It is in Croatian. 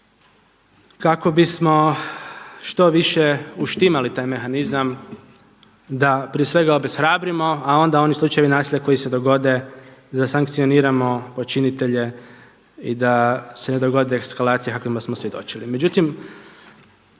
kako bismo štoviše uštimali taj mehanizam da prije svega obeshrabrimo a onda oni slučajevi nasilja koji se dogode da sankcioniramo počinitelje i da se ne dogode eskalacije kakvima smo svjedočili. Međutim,